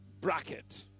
bracket